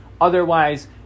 otherwise